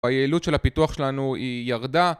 היעילות של הפיתוח שלנו היא ירדה